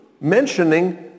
mentioning